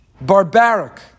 barbaric